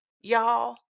y'all